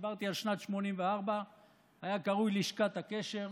כשדיברתי על שנת 1984 היה קרוי "לשכת הקשר".